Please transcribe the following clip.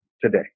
today